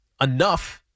enough